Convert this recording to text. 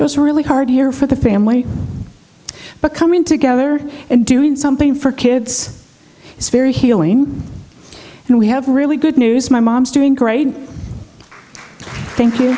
it's really hard here for the family but coming together and doing something for kids is very healing and we have really good news my mom's doing great thank you